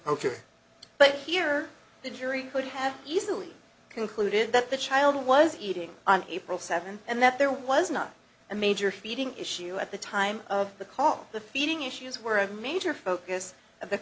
ok but here the jury could have easily concluded that the child was eating on april seventh and that there was not a major feeding issue at the time of the call the feeding issues were a major focus of the